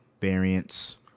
variants